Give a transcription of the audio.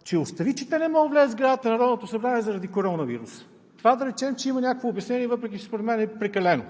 – остави, че те не могат да влязат в сградата заради коронавируса, да речем, че за това има някакво обяснение, въпреки че според мен е прекалено,